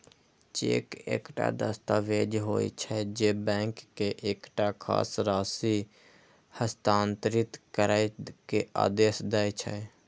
cheque एकटा दस्तावेज होइ छै, जे बैंक के एकटा खास राशि हस्तांतरित करै के आदेश दै छै